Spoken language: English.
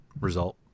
result